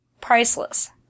priceless